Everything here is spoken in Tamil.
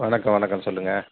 வணக்கம் வணக்கம் சொல்லுங்கள்